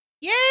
Yay